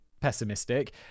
pessimistic